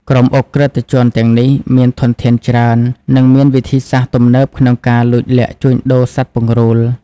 ក្រុមឧក្រិដ្ឋជនទាំងនេះមានធនធានច្រើន និងមានវិធីសាស្រ្តទំនើបក្នុងការលួចលាក់ជួញដូរសត្វពង្រូល។